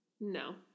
No